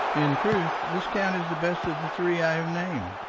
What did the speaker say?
in truth this count is the best of the three i have named.